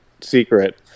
secret